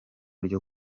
ryo